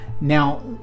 Now